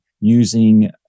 using